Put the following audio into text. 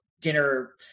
dinner –